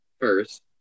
first